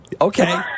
Okay